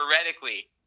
theoretically